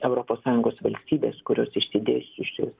europos sąjungos valstybės kurios išsidėsčiusios